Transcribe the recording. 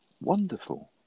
wonderful